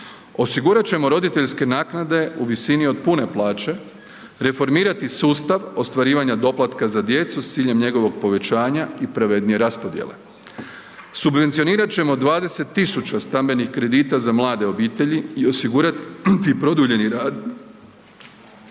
Osigurat ćemo roditeljske naknade u visini od pune plaće, reformirati sustav ostvarivanja doplatka za djecu s ciljem njegovog povećanja i pravednije raspodjele. Subvencionirat ćemo 20.000 stambenih kredita za mlade obitelji i osigurati produljeni rad